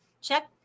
check